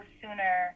sooner